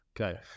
Okay